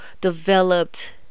developed